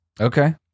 Okay